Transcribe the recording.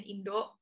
Indo